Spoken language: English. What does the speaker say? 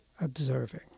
observing